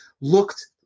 looked